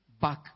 back